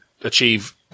achieve